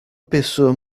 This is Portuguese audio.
pessoa